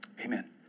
Amen